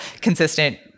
consistent